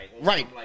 Right